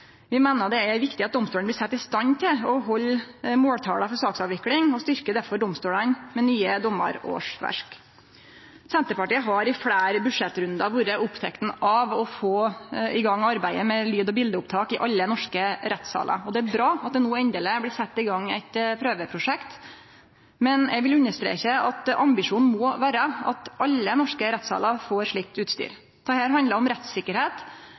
Vi meiner det er viktig at domstolane blir sette i stand til å halde måltala for saksavvikling, og styrkjer derfor domstolane med nye dommarårsverk. Senterpartiet har i fleire budsjettrundar vore oppteke av å få i gang arbeidet med lyd- og bildeopptak i alle norske rettssalar, og det er bra at det no endeleg blir sett i gang eit prøveprosjekt, men eg vil understreke at ambisjonen må vere at alle norske rettssalar får slikt utstyr. Dette handlar om rettssikkerheit